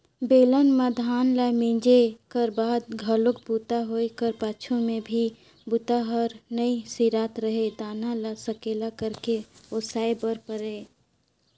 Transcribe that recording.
बेलन म धान ल मिंजे कर बाद घलोक बूता होए कर पाछू में भी बूता हर नइ सिरात रहें दाना ल सकेला करके ओसाय बर परय